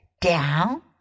Down